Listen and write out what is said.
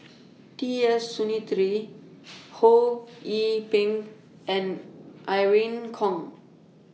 T S Sinnathuray Ho Yee Ping and Irene Khong